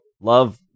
love